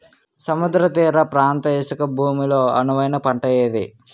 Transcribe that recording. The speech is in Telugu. సముద్ర తీర ప్రాంత ఇసుక భూమి లో అనువైన పంట ఏది?